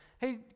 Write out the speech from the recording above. Hey